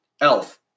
Elf